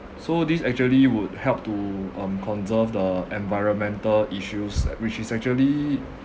so this actually would help to um conserve the environmental issues at which is actually